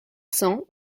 cents